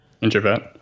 Introvert